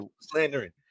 slandering